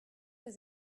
does